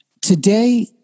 Today